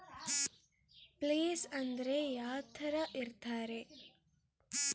Place ಅಂದ್ರೆ ಯಾವ್ತರ ಇರ್ತಾರೆ?